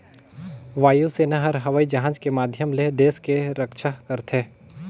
वायु सेना हर हवई जहाज के माधियम ले देस के रम्छा करथे